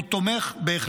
הוא תומך,